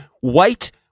white